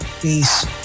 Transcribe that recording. Peace